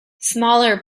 smaller